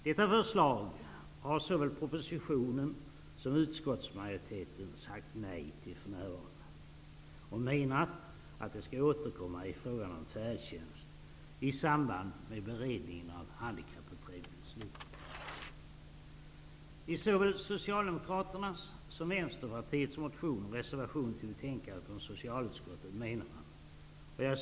Detta förslag säger man nej till för närvarande. Det gäller såväl propositionen som utskottsmajoriteten. Man skall återkomma till frågan om färdtjänst i samband med beredningen av Såväl Socialdemokraterna som Vänsterpartiet har en motion och en reservation fogade till socialutskottets betänkande.